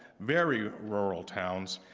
very rural towns,